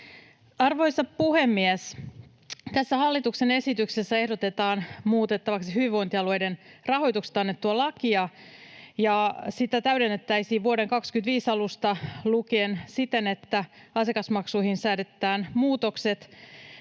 Arvoisa puhemies! Tässä hallituksen esityksessä ehdotetaan muutettavaksi hyvinvointialueiden rahoituksesta annettua lakia. Sitä täydennettäisiin vuoden 25 alusta lukien siten, että asiakasmaksuihin säädetään muutokset